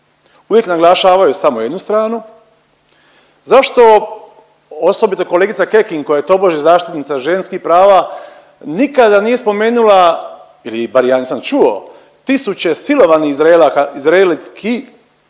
uvijek naglašavaju samo jednu stranu. Zašto osobito kolegica Kekin koja je tobože zaštitnica ženskih prava nikada nije spomenula ili bar ja nisam čuo tisuće silovanih Izraelki